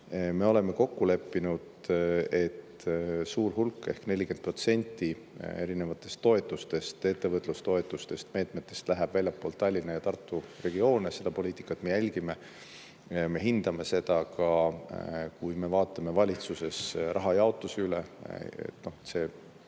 Me oleme kokku leppinud, et suur hulk ehk 40% erinevatest toetustest, ettevõtlustoetustest, meetmetest läheb väljaspoole Tallinna ja Tartu regioone. Seda poliitikat me jälgime. Me hindame seda ka, kui me vaatame valitsuses raha jaotuse üle,